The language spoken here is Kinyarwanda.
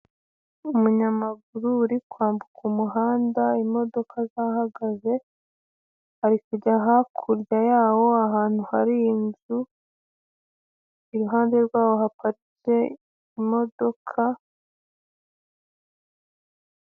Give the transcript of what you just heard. Umunyamaguru uri kwambuka umuhanda imodoka zahagaze, ari kujya hakurya yaho ahantu hari inzu iruhande rwaho haparitse imodoka,,,